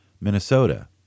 Minnesota